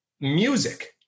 music